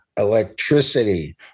electricity